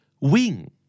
Wing